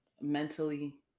mentally